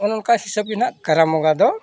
ᱚᱱᱮ ᱚᱱᱠᱟ ᱦᱤᱥᱟᱹᱵ ᱜᱮ ᱦᱟᱸᱜ ᱠᱟᱨᱟᱢ ᱵᱚᱸᱜᱟ ᱫᱚ